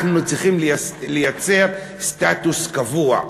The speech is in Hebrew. אנחנו צריכים לייצר סטטוס קבוע,